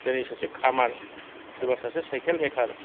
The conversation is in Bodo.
दिनै सासे खामार सोरबा सासे साइकेल मेकार